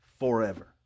forever